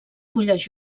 fulles